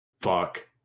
Fuck